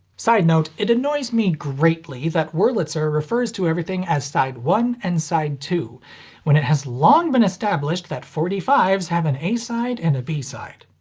side-note it annoys me greatly that wurlitzer refers to everything as side one and side two when it has long been established that forty five s have an a side and a b side.